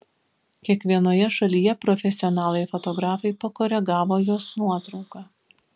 kiekvienoje šalyje profesionalai fotografai pakoregavo jos nuotrauką